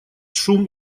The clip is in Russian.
шум